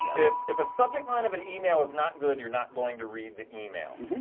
if if a subject line of an email is not good, you're not going to read the email.